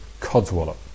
codswallop